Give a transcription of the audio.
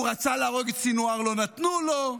הוא רצה להרוג את סנוואר ולא נתנו לו,